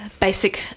basic